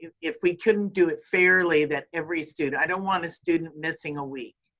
and if we couldn't do it fairly that every student, i don't want a student missing a week,